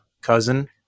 cousin